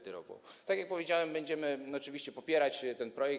Tak jak powiedziałem, będziemy oczywiście popierać ten projekt.